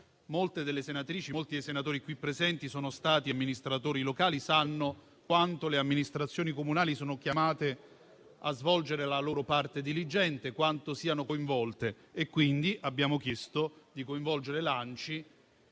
Molte delle senatrici e molti dei senatori qui presenti sono stati amministratori locali e sanno quanto le amministrazioni comunali siano chiamate a svolgere la loro parte diligente e quanto siano coinvolte. In questo emendamento e nei